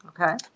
Okay